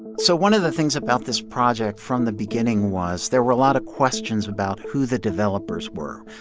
so one of the things about this project from the beginning was there were a lot of questions about who the developers were.